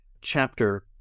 chapter